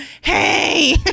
hey